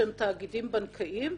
שהם תאגידים בנקאיים,